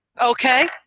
Okay